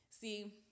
See